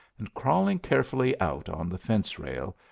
and, crawling carefully out on the fence-rail,